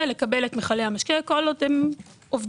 לקבל את מיכלי המשקה כל עוד הם עובדים.